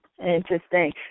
Interesting